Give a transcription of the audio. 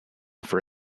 for